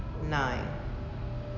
nine